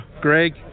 Greg